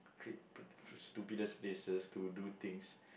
cra~ stupidest places to do things